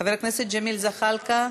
חבר הכנסת ג'מאל זחאלקה,